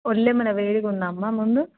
ఒళ్ళేమైనా వేడిగా ఉందా అమ్మ ముందు